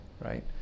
Right